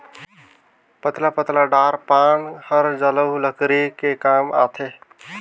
पतला पतला डार पान हर जलऊ लकरी के काम आथे